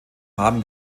haben